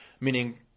meaning